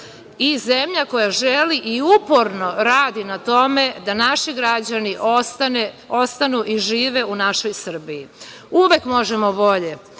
i zemlja koja želi i uporno radi na tome da naši građani ostanu i žive u našoj Srbiji. Uvek možemo bolje